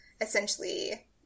essentially